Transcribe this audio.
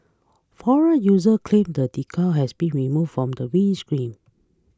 forum users claimed the decal has been removed from the windscreen